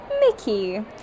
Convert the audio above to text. Mickey